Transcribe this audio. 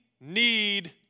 need